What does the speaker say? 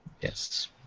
Yes